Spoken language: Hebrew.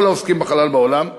כל העוסקים בחלל בעולם.